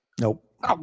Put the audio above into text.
Nope